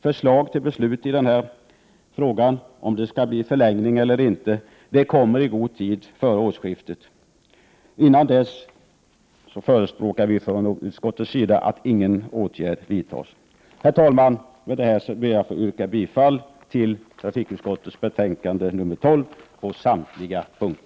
Förslag till beslut i denna fråga, om det skall bli en förlängning eller inte, kommer i god tid före årsskiftet. Fram till dess förespråkar vi från utskottets sida att ingen åtgärd vidtas. Herr talman! Med det anförda ber jag att få yrka bifall till hemställan i trafikutskottets betänkande nr 12 på samtliga punkter.